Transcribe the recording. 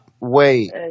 Wait